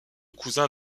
cousin